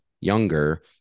younger